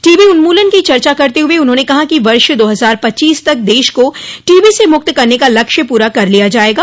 TB उन्मूलन की चर्चा करते हुए उन्होंने कहा कि वर्ष दो हजार पच्चीस तक देश को टीबी से मुक्त करने का लक्ष्य पूरा कर लिया जायेगा